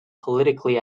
politically